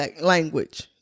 language